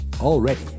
already